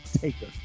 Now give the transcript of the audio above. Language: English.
Taker